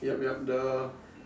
yup yup the